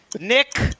Nick